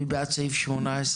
מי בעד סעיף 18?